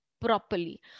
properly